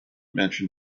mention